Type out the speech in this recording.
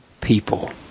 people